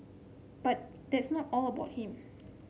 but that's not all about him